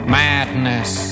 madness